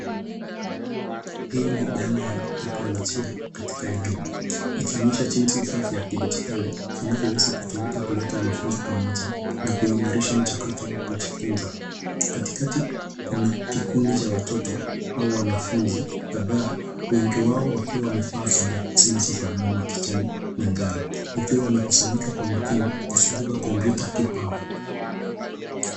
Hii ni dhana ya teknolojia katika elimu ikionyesha jinsi vifaa vya kidijitali zinavyoweza kutumika kuleta wanafunzi pamoja na kuimarisha mchakato wa kujifunza. Katikati kuna kikundi cha watoto au wanafunzi kadhaa wengi wao wakiwa wamevaa sare zinazofanana na kijani na njano wakiwa wamekusanyika kwa makini kuzunguka kompyuta kibao.